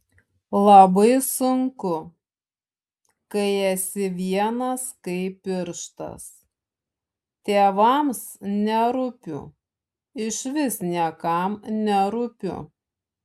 labai sunku kai esi vienas kaip pirštas tėvams nerūpiu išvis niekam nerūpiu